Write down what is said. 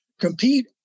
compete